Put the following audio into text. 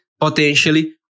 potentially